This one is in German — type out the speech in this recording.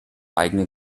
eigene